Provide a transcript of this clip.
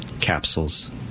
capsules